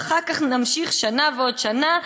ואחר כך נמשיך שנה ועוד שנה.